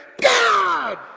God